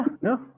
No